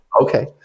Okay